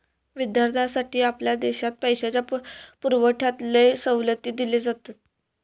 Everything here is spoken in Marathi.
विद्यार्थ्यांसाठी आपल्या देशात पैशाच्या पुरवठ्यात लय सवलती दिले जातत